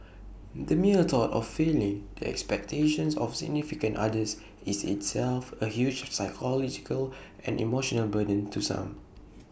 the mere thought of failing the expectations of significant others is itself A huge psychological and emotional burden to some